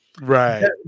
Right